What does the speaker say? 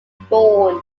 born